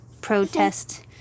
protest